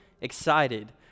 excited